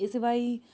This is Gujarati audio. એ સિવાય